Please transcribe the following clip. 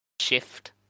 shift